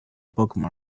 bookmark